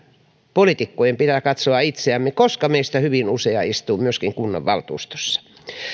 poliitikkojen pitää katsoa itseämme koska meistä hyvin usea istuu myöskin kunnanvaltuustossa